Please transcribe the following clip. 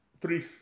three